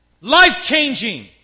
Life-changing